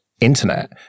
internet